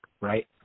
right